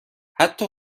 حتی